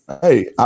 hey